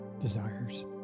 desires